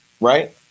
right